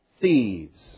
Thieves